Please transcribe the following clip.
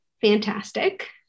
fantastic